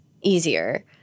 easier